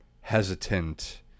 hesitant